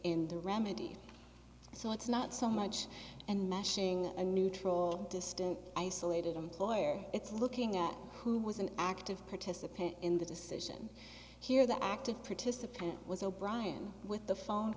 in the remedy so it's not so much and mashing a neutral distant isolated employer it's looking at who was an active participant in the decision here the active participant was o'brian with the phone